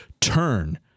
Turn